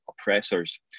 oppressors